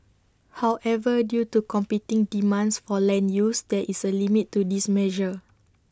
however due to competing demands for land use there is A limit to this measure